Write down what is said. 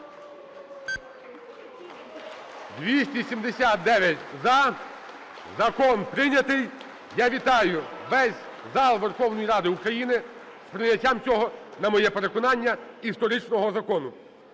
За-279 Закон прийнятий. Я вітаю весь зал Верховної Ради України з прийняттям цього, на моє переконання, історичного закону.